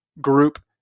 group